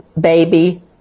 baby